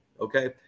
Okay